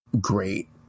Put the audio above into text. great